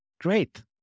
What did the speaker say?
great